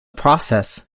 process